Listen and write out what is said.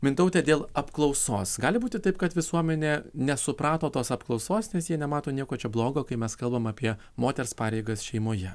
mintaute dėl apklausos gali būti taip kad visuomenė nesuprato tos apklausos nes jie nemato nieko čia blogo kai mes kalbam apie moters pareigas šeimoje